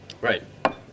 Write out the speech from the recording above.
Right